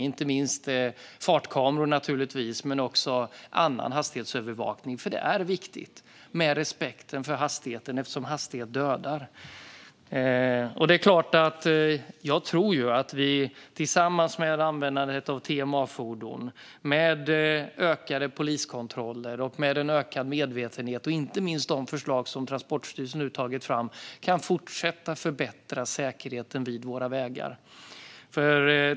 Det handlar naturligtvis inte minst om fartkameror men också om annan hastighetsövervakning. Det är viktigt med respekten för hastigheten eftersom hastighet dödar. Jag tror att detta tillsammans med användandet av TMA-fordon, ökade poliskontroller och en ökad medvetenhet, inte minst genom de förslag som Transportstyrelsen nu har tagit fram, kan fortsätta att förbättra säkerheten vid våra vägar.